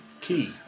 Key